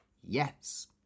Yes